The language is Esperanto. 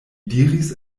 diris